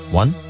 one